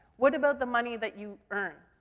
what about the money that you earn?